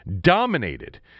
Dominated